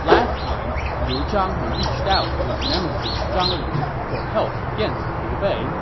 last time, liu zhang had reached out to his nemesis zhang lu for help against liu bei.